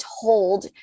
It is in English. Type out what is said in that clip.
told